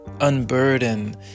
unburden